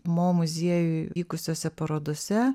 mo muziejuj vykusiose parodose